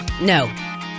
No